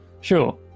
sure